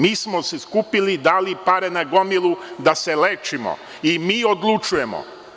Mi smo se skupili i dali pare na gomilu da se lečimo i mi odlučujemo.